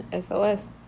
SOS